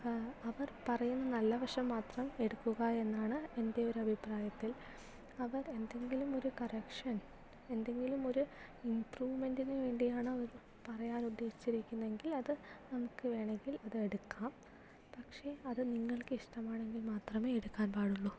അവർ പറയുന്ന നല്ലവശം മാത്രം എടുക്കുക എന്നാണ് എന്റെ ഒരഭിപ്രായത്തിൽ അവർ എന്തെങ്കിലും ഒര് കറക്ഷൻ എന്തെങ്കിലുമൊര് ഇംപ്രൂവ്മെന്റിന് വേണ്ടിയാണ് അവർ പറയാനുദ്ദേശിച്ചിരിക്കുന്നതെങ്കിൽ അത് നമുക്ക് വേണമെങ്കിൽ അതെടുക്കാം പക്ഷേ അത് നിങ്ങൾക്കിഷ്ടമാണെങ്കിൽ മാത്രമേ എടുക്കാൻ പാടുള്ളൂ